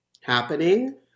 happening